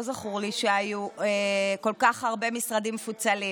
לא זכור לי שהיו כל כך הרבה משרדים מפוצלים.